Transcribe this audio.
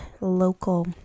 local